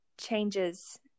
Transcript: changes